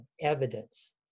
evidence